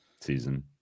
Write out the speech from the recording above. season